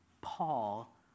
Paul